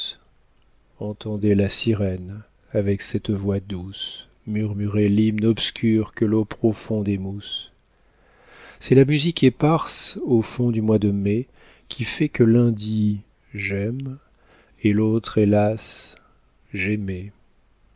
entendaient la sirène avec cette voix douce murmurer l'hymne obscur que l'eau profonde émousse c'est la musique éparse au fond du mois de mai qui fait que l'un dit j'aime et l'autre hélas j'aimai